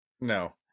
No